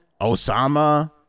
Osama